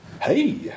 Hey